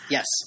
Yes